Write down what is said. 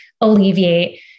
alleviate